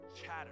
chatter